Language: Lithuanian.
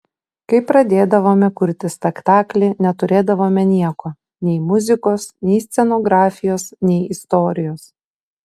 kai pradėdavome kurti spektaklį neturėdavome nieko nei muzikos nei scenografijos nei istorijos